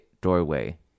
doorway